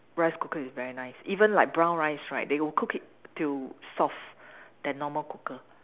rice cooker is very nice even like brown rice right they will cook it till soft than normal cooker